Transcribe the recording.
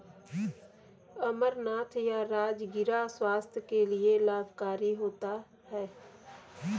अमरनाथ या राजगिरा स्वास्थ्य के लिए लाभकारी होता है